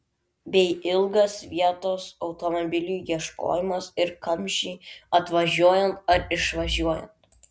bei ilgas vietos automobiliui ieškojimas ir kamščiai atvažiuojant ar išvažiuojant